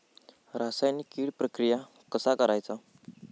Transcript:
रासायनिक कीड प्रक्रिया कसा करायचा?